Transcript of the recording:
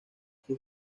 sus